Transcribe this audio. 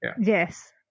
Yes